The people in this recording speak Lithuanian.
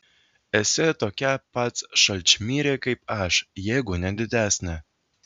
esi tokia pat šalčmirė kaip aš jeigu ne didesnė